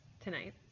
tonight